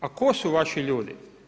A tko su vaši ljudi?